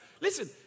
Listen